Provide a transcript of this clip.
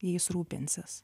jais rūpinsis